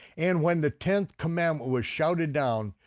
and when the tenth commandment was shouted down,